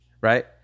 Right